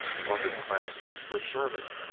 among his classmates were sherman,